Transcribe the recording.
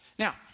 Now